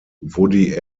woody